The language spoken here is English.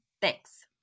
Thanks